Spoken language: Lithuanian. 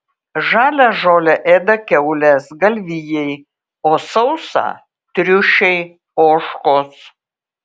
žalią žolę ėda kiaulės galvijai o sausą triušiai ožkos